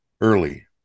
early